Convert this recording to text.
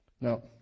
Now